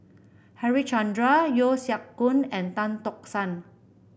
Harichandra Yeo Siak Goon and Tan Tock San